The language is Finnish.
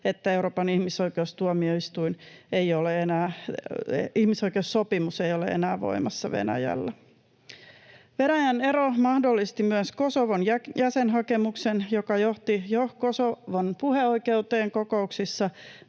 ihmisoikeussopimus ei ole enää voimassa Venäjällä. Venäjän ero mahdollisti myös Kosovon jäsenhakemuksen, joka johti jo Kosovon puheoikeuteen kokouksissa,